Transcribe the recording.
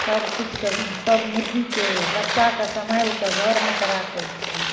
सबकिछुके सब मुर्गीके बच्चाके सम्हालि कऽ घरमे कऽ राखैत छियै